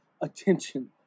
attention